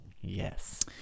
yes